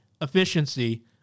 efficiency